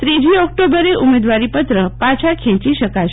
ત્રીજી ઓક્ટોમ્બરે ઉમેદવારીપત્ર પાછા ખેંચી શકાશે